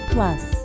Plus